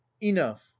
enough